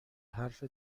حرف